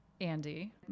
Andy